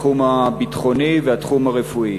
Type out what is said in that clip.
התחום הביטחוני והתחום הרפואי.